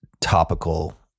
topical